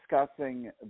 discussing